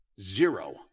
Zero